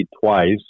twice